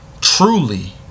truly